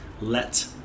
let